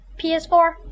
PS4